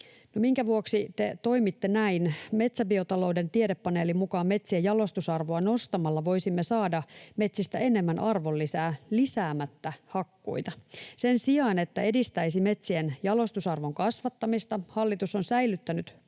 Minkä vuoksi te toimitte näin? Metsäbiotalouden tiedepaneelin mukaan metsien jalostusarvoa nostamalla voisimme saada metsistä enemmän arvonlisää lisäämättä hakkuita. Sen sijaan, että edistäisi metsien jalostusarvon kasvattamista, hallitus on säilyttänyt puunpolton